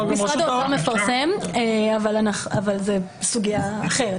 משרד האוצר מפרסם, אבל זו סוגיה אחרת.